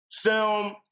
film